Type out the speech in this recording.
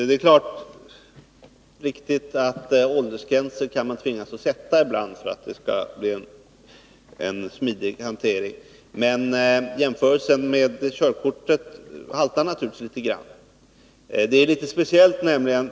Herr talman! Det är riktigt att man ibland kan tvingas sätta åldersgränser för att få till stånd en smidig hantering. Men jämförelsen med körkortet haltar litet.